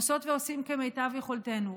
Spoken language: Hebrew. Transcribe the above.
עושים ועושות כמיטב יכולתנו.